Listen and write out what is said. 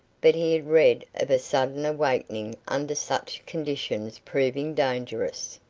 but he had read of a sudden awakening under such conditions proving dangerous.